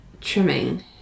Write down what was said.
Trimming